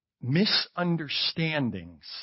Misunderstandings